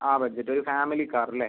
ആ ബഡ്ജറ്റ് ഒരു family car അല്ലേ